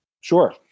Sure